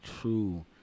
true